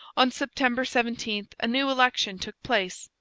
on september seventeen a new election took place,